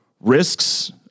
risks